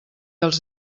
els